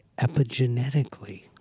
epigenetically